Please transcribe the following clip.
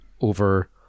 over